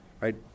right